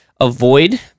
avoid